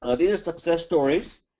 ah these are success stories.